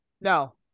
No